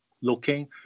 looking